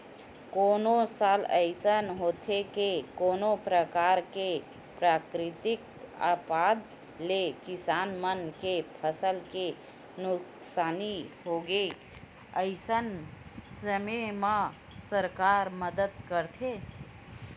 कोनो साल अइसन होथे के कोनो परकार ले प्राकृतिक आपदा ले किसान मन के फसल के नुकसानी होगे अइसन समे म सरकार मदद करथे